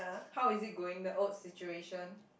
how is it going the odd situation